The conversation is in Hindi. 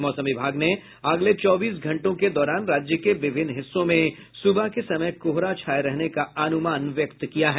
मौसम विभाग ने अगले चौबीस घंटों के दौरान राज्य के विभिन्न हिस्सों में सुबह के समय कोहरा छाये रहने का अनुमान व्यक्त किया है